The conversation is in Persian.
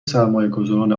سرمایهگذاران